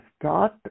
start